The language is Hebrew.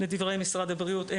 לדברי משרד הבריאות,